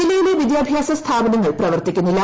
ജില്ലയിലെ വിദ്യാഭ്യാസ സ്ഥാപനങ്ങൾ പ്രവർത്തിക്കുകയില്ല